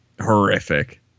horrific